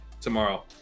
tomorrow